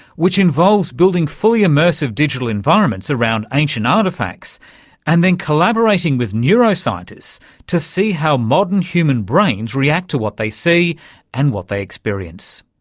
which involves building fully immersive digital environments around ancient artefacts and then collaborating with neuroscientists to see how modern human brains react to what they see and what they experience,